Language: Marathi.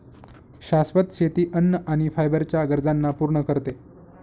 शाश्वत शेती अन्न आणि फायबर च्या गरजांना पूर्ण करते